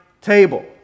table